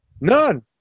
None